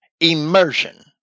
immersion